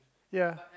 ya